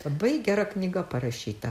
labai gera knyga parašyta